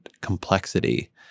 complexity